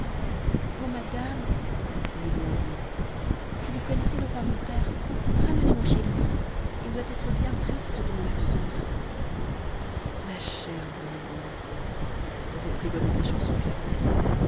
oh madame dit blondine si vous connaissez le roi mon père ramenez moi chez lui il doit être bien triste de mon absence ma chère blondine reprit bonne biche en soupirant